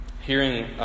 hearing